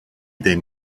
then